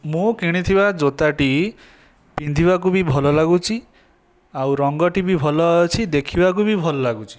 ମୁଁ କିଣିଥିବା ଜୋତାଟି ପିନ୍ଧିବାକୁ ବି ଭଲ ଲାଗୁଛି ଆଉ ରଙ୍ଗଟି ବି ଭଲ ଅଛି ଦେଖିବାକୁ ବି ଭଲ ଲାଗୁଛି